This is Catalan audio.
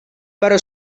però